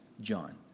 John